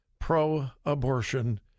pro-abortion